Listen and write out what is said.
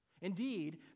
Indeed